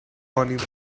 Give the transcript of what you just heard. morning